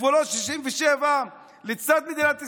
בגבולות 67' לצד מדינת ישראל.